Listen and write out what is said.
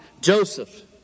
Joseph